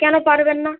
কেন পারবেন না